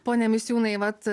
pone misiūnai vat